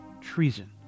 treason